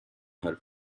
her